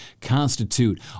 constitute